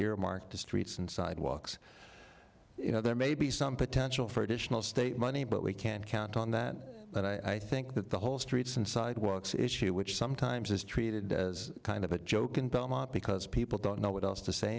earmark to streets and sidewalks you know there may be some potential for additional state money but we can't count on that and i think that the whole streets and sidewalks issue which sometimes is treated as kind of a joke in belmont because people don't know what else to say